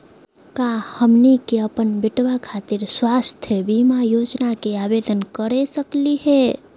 का हमनी के अपन बेटवा खातिर स्वास्थ्य बीमा योजना के आवेदन करे सकली हे?